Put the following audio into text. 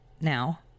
now